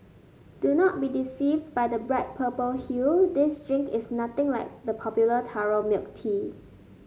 do not be deceived by the bright purple hue this drink is nothing like the popular taro milk tea